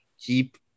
keep